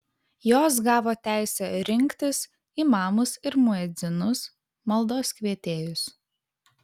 jos gavo teisę rinktis imamus ir muedzinus maldos kvietėjus